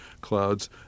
clouds